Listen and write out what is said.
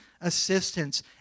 assistance